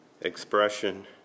expression